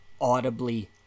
audibly